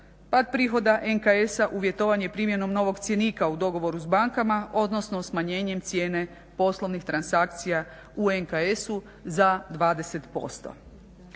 Pad prihoda NKS-a uvjetovan je primjenom novog cjenika u dogovoru s bankama, odnosno smanjenjem cijene poslovnih transakcija u NKS-u za 20%.